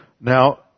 Now